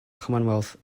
commonwealth